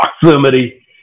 proximity